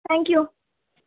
thank you